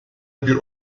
bir